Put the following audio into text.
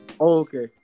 okay